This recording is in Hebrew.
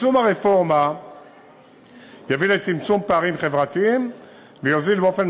יישום הרפורמה יביא לצמצום פערים חברתיים ויוזיל באופן